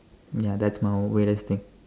ya that's my weirdest thing